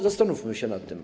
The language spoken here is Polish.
Zastanówmy się nad tym.